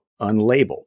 unlabeled